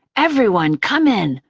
everyone come in.